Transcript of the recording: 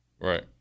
Right